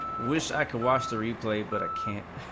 wish i could watch the replay but ah can